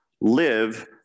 live